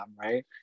right